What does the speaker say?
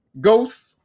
Ghost